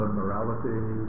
morality